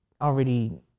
already